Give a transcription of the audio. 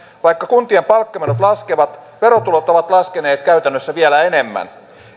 vaikka kuntien palkkamenot laskevat verotulot ovat laskeneet käytännössä vielä enemmän